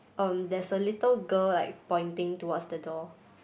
um there's a little girl like pointing towards the door